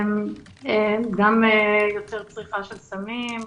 רואים גם יותר צריכה של סמים,